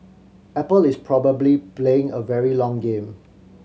apple is probably playing a very long game